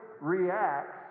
reacts